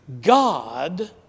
God